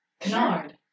Canard